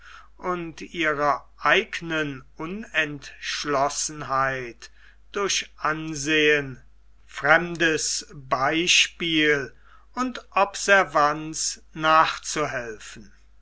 und ihrer eignen unentschlossenheit durch ansehen fremdes beispiel und observanz nachzuhelfen